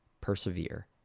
persevere